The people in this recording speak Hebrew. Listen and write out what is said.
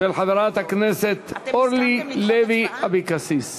של חברת הכנסת אורלי לוי אבקסיס.